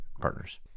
partners